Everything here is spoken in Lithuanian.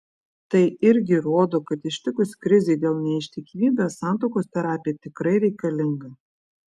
tai irgi rodo kad ištikus krizei dėl neištikimybės santuokos terapija tikrai reikalinga